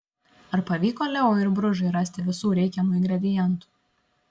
ar pavyko leo ir bružui rasti visų reikiamų ingredientų